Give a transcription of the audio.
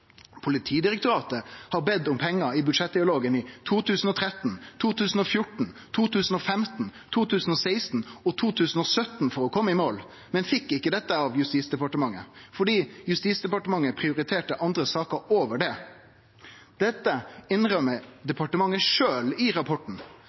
Politidirektoratet bad om pengar i budsjettdialogen i 2013, i 2014, i 2015, i 2016 og i 2017 for å kome i mål, men fekk ikkje dette av Justis- og beredskapsdepartementet fordi ein prioriterte andre saker framfor det. Dette innrømmer